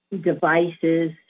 devices